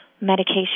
medication